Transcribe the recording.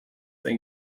ein